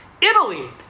Italy